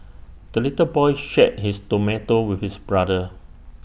the little boy shared his tomato with his brother